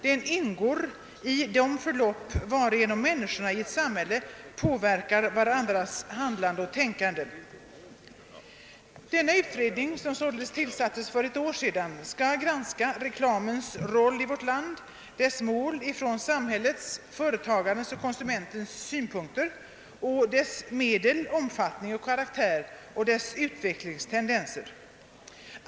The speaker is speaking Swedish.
Den ingår i de förlopp varigenom människorna i ett samhälle påverkar varandras handlande och tänkande.» Denna utredning, som således tillsattes för ett år sedan, skall granska reklamens roll i vårt land, dess mål från samhällets, företagarens och konsumenternas synpunkter samt dess medel, omfattning, karaktär och utvecklingstendenser.